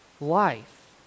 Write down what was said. life